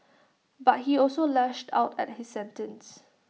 but he also lashed out at his sentence